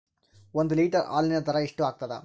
ಒಂದ್ ಲೀಟರ್ ಹಾಲಿನ ದರ ಎಷ್ಟ್ ಆಗತದ?